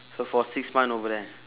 so for six month over there